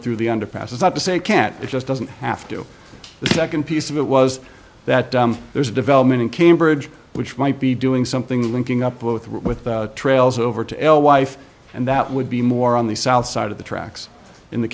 through the underpass is not to say it can't it just doesn't have to the second piece of it was that there's a development in cambridge which might be doing something linking up with with trails over to el wife and that would be more on the south side of the tracks in the